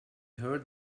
heard